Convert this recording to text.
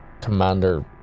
commander